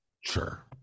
Sure